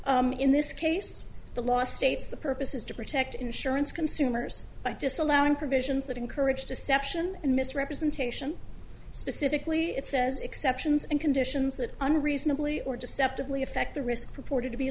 sick in this case the law states the purpose is to protect insurance consumers by disallowing provisions that encourage deception and misrepresentation specifically it says exceptions and conditions that unreasonably or deceptively affect the risk reported to be